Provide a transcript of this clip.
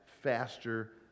faster